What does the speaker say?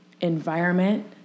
environment